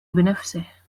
بنفسه